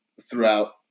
throughout